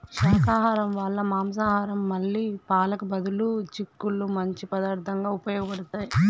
శాకాహరం వాళ్ళ మాంసం మళ్ళీ పాలకి బదులుగా చిక్కుళ్ళు మంచి పదార్థంగా ఉపయోగబడతాయి